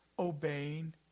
obeying